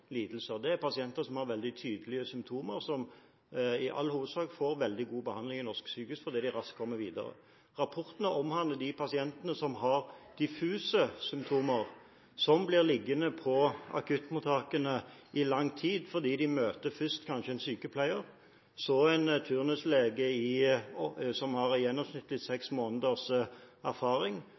i all hovedsak får veldig god behandling ved norske sykehus, fordi de raskt kommer videre. Rapportene omhandler de pasientene som har diffuse symptomer, som blir liggende på akuttmottakene i lang tid, fordi de kanskje først møter en sykepleier, så en turnuslege som har gjennomsnittlig seks måneders erfaring,